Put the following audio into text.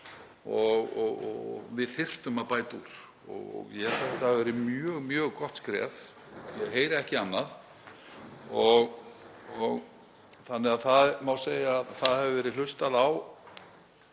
og við þyrftum að bæta úr. Ég held að það hafi verið mjög gott skref og ég heyri ekki annað, þannig að það má segja að það hafi verið hlustað á